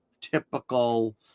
typical